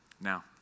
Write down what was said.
Now